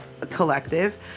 Collective